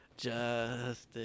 Justice